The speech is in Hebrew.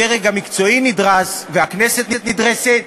באוצר רואים בו, אדוני, פגיעה חמורה במשילות.